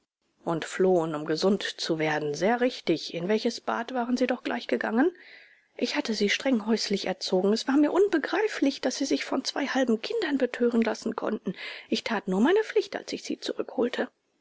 und flohen um gesund zu werden sehr richtig in welches bad waren sie doch gleich gegangen ich hatte sie streng häuslich erzogen es war mir unbegreiflich daß sie sich von zwei halben kindern betören lassen konnten ich tat nur meine pflicht als ich sie zurückholte